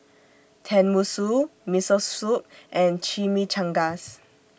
Tenmusu Miso Soup and Chimichangas